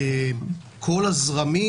כל הזרמים,